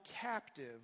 captive